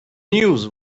news